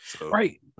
Right